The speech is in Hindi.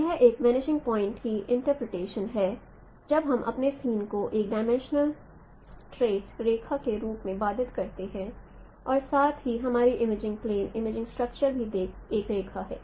तो यह एक वनिशिंग पॉइंट की इंटरप्रटेशन है जब हम अपने सीन को एक डायमेंशनल स्ट्रेट रेखा के रूप में बाधित करते हैं और साथ ही हमारी इमेजिंग प्लेन इमेजिंग स्ट्रक्चर भी एक रेखा है